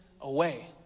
away